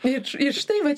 ir ir štai vat